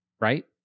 right